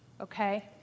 okay